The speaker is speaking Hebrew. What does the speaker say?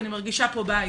אני מרגישה פה בית.